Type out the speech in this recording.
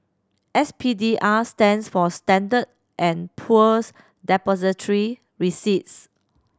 S P D R stands for Standard snd Poor's Depository Receipts